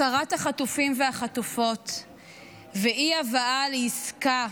הפקרת החטופים והחטופות ואי-הבאה לעסקה,